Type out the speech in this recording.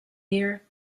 here